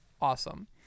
Awesome